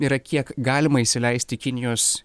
yra kiek galima įsileisti kinijos